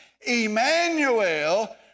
Emmanuel